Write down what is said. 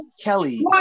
Kelly